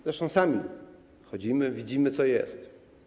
Zresztą sami chodzimy, widzimy, co jest.